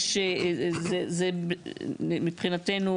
מבחינתנו,